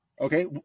okay